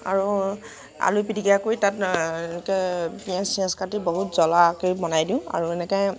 আৰু আলু পিটিকা কৰি তাত এনকৈ পিয়াঁজ চিয়াঁজ কাটি বহুত জলা কে বনাই দিওঁ আৰু এনেকৈ